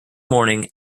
morning